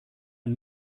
man